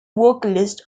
vocalist